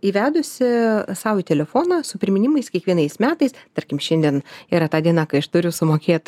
įvedusi sau į telefoną su priminimais kiekvienais metais tarkim šiandien yra ta diena kai aš turiu sumokėt